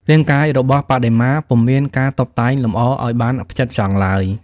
រាងកាយរបស់បដិមា ពុំមានការតុបតែងលម្អឱ្យបានផ្ចិតផ្ចង់ឡើយ។